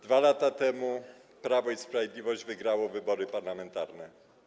2 lata temu Prawo i Sprawiedliwość wygrało wybory parlamentarne.